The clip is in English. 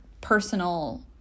personal